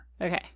Okay